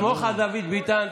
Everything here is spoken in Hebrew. סמוך על דוד ביטן,